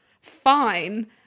fine